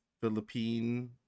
Philippine